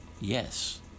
Yes